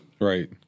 Right